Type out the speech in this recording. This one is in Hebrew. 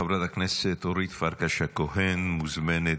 חברת הכנסת אורית פרקש הכהן מוזמנת,